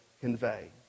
convey